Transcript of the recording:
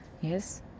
Yes